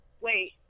wait